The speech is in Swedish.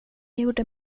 gjorde